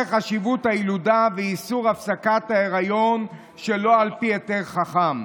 חשיבות הילודה ואיסור הפסקת היריון שלא על פי היתר חכם.